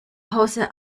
hause